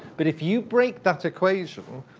but if you break that equation,